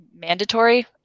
mandatory